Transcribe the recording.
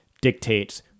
dictates